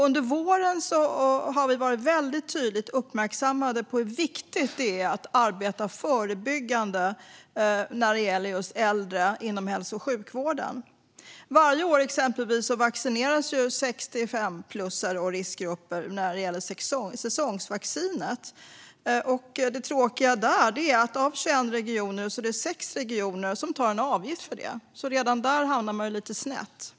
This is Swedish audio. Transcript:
Under våren har vi varit väldigt tydligt uppmärksammade på hur viktigt det är att arbeta förebyggande inom hälso och sjukvården när det gäller just äldre. Exempelvis vaccineras ju varje år 65-plussare och riskgrupper med säsongsvaccinet. Det tråkiga där är att av 21 regioner är det 6 regioner som tar en avgift för det, så redan där hamnar man lite snett.